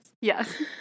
Yes